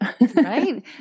Right